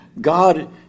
God